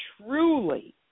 truly